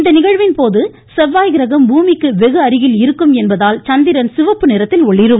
இந்த நிகழ்வின்போது செவ்வாய் கிரகம் பூமிக்கு வெகுஅருகில் இருக்கும் என்பதால் சந்திரன் சிவப்பு நிறத்தில் ஒளிரும்